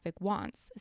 wants